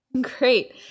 Great